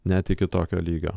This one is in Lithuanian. net iki tokio lygio